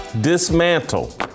Dismantle